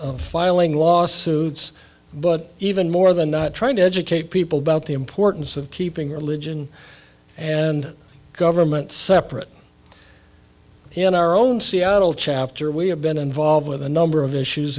letters filing lawsuits but even more than not trying to educate people about the importance of keeping religion and government separate in our own seattle chapter we have been involved with a number of issues